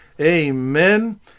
amen